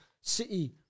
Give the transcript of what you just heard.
City